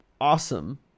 awesome